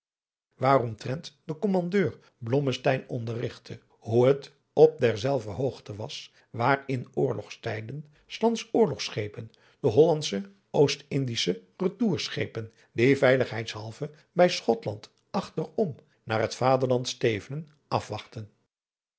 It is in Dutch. waaromtrent de kommaudeur blommesteyn onderrigtte hoe het op derzelver hoogte was waar in oorlogstijden s lands oorlogschepen de hollandsche oostindische retourschepen die veiligheidshalve bij schotland achter om naar het vaderland stevenen